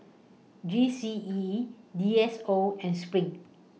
G C E D S O and SPRING